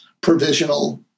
provisional